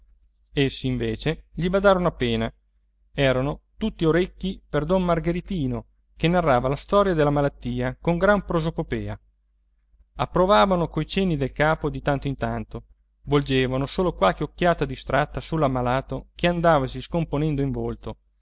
entrare essi invece gli badarono appena erano tutti orecchi per don margheritino che narrava la storia della malattia con gran prosopopea approvavano coi cenni del capo di tanto in tanto volgevano solo qualche occhiata distratta sull'ammalato che andavasi scomponendo in volto